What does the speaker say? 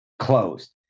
closed